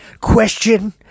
question